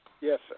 Yes